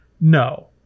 No